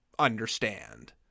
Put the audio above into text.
understand